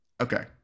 Okay